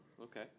Okay